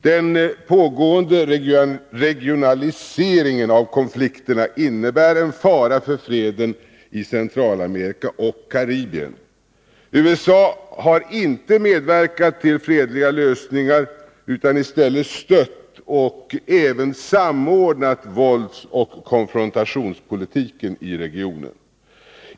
Den pågående regionaliseringen av konflikterna innebär en fara för freden i Centralamerika och i det karibiska området. USA har inte medverkat till fredliga lösningar utan i stället stött och även samordnat våldsoch konfrontationspolitiken i regionen.